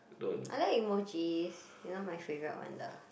I like emojis you know my favourite one the